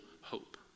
hope